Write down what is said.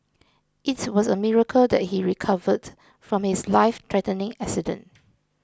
it was a miracle that he recovered from his lifethreatening accident